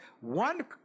one